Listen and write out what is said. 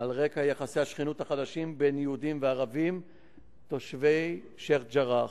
על רקע יחסי השכנות החדשים בין יהודים וערבים תושבי שיח'-ג'ראח.